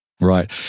Right